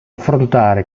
affrontare